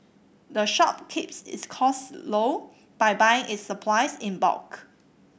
the shop keeps its cost low by buying its supplies in bulk